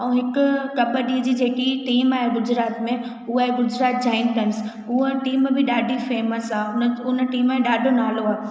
ऐं हिकु कॿडी जी जेकी टीम आहे गुजरात में उहा आहे गुजरात जाइंटस उहा टीम बि ॾाढी फेमस आहे उन उन टीम ॾाढो नालो आहे